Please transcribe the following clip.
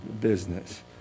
business